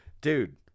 dude